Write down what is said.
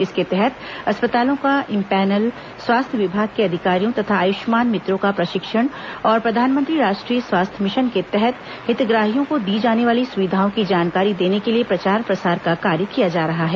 इसके तहत अस्पताओं का इंपैनल स्वास्थ्य विभाग के अधिकारियों तथा आयुष्मान मित्रों का प्रशिक्षण और प्रधानमंत्री राष्ट्रीय स्वास्थ्य मिशन के तहत हितग्राहियों को दी जाने वाली सुविधाओं की जानकारी देने के लिए प्रचार प्रसार का कार्य किया जा रहा है